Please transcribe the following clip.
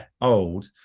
Old